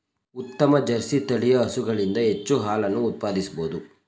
ಉತ್ತಮ ಜರ್ಸಿ ತಳಿಯ ಹಸುಗಳಿಂದ ಹೆಚ್ಚು ಹಾಲನ್ನು ಉತ್ಪಾದಿಸಬೋದು